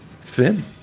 Finn